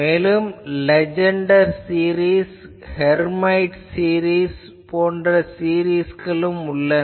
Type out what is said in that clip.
மேலும் Legendre series Hermite series போன்ற சீரிஸ்களும் உள்ளன